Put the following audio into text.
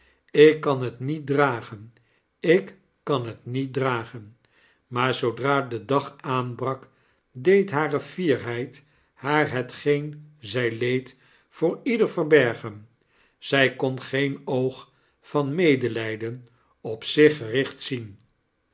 ik kan het niet dragen ik kan het niet dragen maar zoodra de dag aanbrak deed hare fierheid haar hetgeen zy leed voor ieder verbergen zy kon geen oog van medelyden op zich gerichtzien zelfs